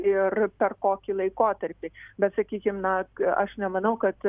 ir per kokį laikotarpį bet sakykim na aš nemanau kad